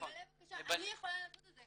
אני יכולה לעשות את זה,